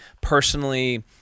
personally